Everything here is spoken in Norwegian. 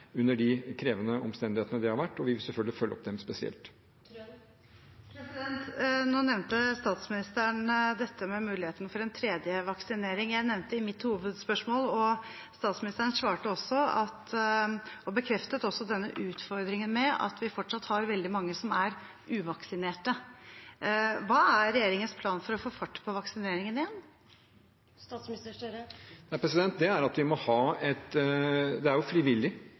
under de krevende omstendighetene som har vært, og vi vil selvfølgelig følge dem opp spesielt. Tone Wilhelmsen Trøen – til oppfølgingsspørsmål. Nå nevnte statsministeren muligheten for en tredje vaksinering. Jeg nevnte det i mitt hovedspørsmål, og statsministeren bekreftet også utfordringen med at vi fortsatt har veldig mange uvaksinerte. Hva er regjeringens plan for å få fart på vaksineringen igjen? Det er jo frivillig vaksinering, og det tror jeg er en riktig linje. Det har store konsekvenser ikke å ha det.